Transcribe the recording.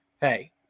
Hey